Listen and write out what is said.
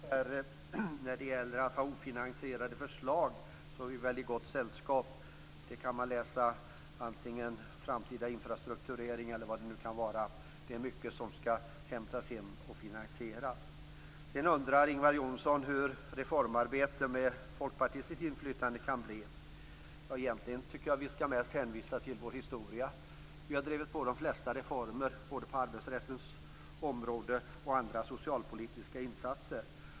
Fru talman! När det gäller att ha ofinansierade förslag är vi väl i gott sällskap. Det kan man läsa om vare sig det gäller framtida infrastrukturering eller någonting annat. Det är mycket som skall hämtas hem och finansieras. Sedan undrar Ingvar Johnsson hur ett reformarbete med folkpartistiskt inflytande kan bli. Egentligen tycker jag att vi kan hänvisa till vår historia. Vi har drivit på de flesta reformer, både på arbetsrättens område och i fråga om andra socialpolitiska insatser.